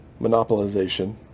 monopolization